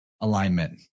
alignment